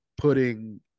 putting